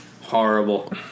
Horrible